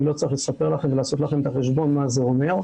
אני לא צריך לספר ולעשות לכם את החשבון מה זה אומר,